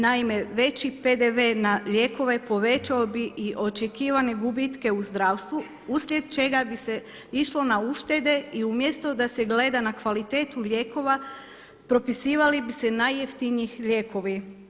Naime, veći PDV na lijekove povećao bi i očekivane gubitke u zdravstvu uslijed čega bi se išlo na uštede i umjesto da se gleda na kvalitetu lijekova propisivali bi se najjeftiniji lijekovi.